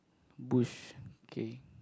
bush okay